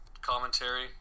commentary